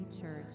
Church